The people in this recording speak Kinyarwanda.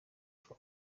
for